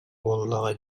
буоллаҕа